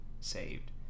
saved